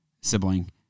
sibling